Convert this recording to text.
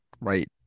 Right